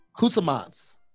Kusamans